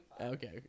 Okay